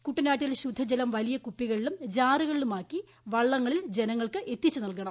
കുട്ടനാട്ടിൽ ശുദ്ധജലം വലിയ കുപ്പികളിലും ജാറുകളിലുമാക്കി വള്ളങ്ങളിൽ ജനങ്ങൾക്ക് എത്തിച്ചു നൽകണം